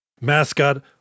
mascot